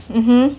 mmhmm